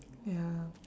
ya